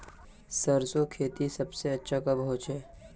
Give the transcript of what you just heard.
सरसों खेती सबसे अच्छा कब होचे?